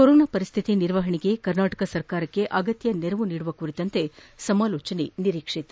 corona ಪರಿಸ್ಥಿತಿ ನಿರ್ವಹಣೆಗೆ ರಾಜ್ಯ ಸರ್ಕಾರಕ್ಕೆ ಅಗತ್ಯ ನೆರವು ನೀಡುವ ಕುರಿತಂತೆ ಸಮಾಲೋಚನೆ ನಿರೀಕ್ವಿತ